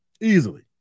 easily